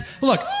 Look